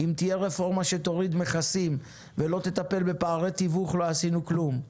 אם תהיה רפורמה שתוריד מכסים ולא תטפל בפערי תיווך לא עשינו כלום.